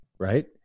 right